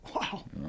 Wow